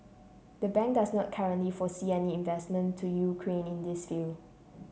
the bank does not currently foresee any investment to Ukraine in this field